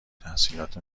تحصیلات